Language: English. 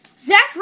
Zach